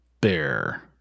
bear